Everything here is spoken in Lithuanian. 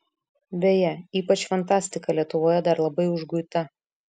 beje ypač fantastika lietuvoje dar labai užguita